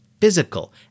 physical